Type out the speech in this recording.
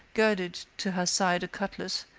girded to her side a cutlass,